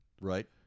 Right